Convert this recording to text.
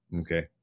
okay